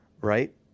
right